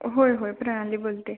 होय होय प्रणाली बोलते